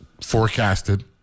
forecasted